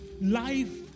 Life